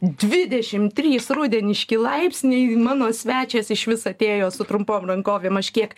dvidešim trys rudeniški laipsniai mano svečias išvis atėjo su trumpom rankovėm aš kiek